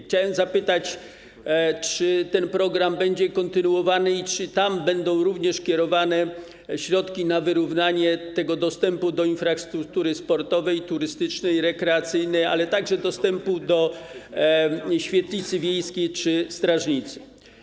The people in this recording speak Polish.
Chciałem zapytać, czy ten program będzie kontynuowany i czy będą również kierowane środki na wyrównanie dostępu do infrastruktury sportowej, turystycznej, rekreacyjnej, ale także dostępu do świetlicy wiejskiej czy strażnicy.